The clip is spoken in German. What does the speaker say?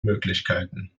möglichkeiten